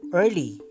early